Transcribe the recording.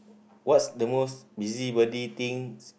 what's the most busybody thing